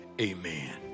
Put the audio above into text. amen